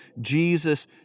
Jesus